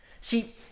See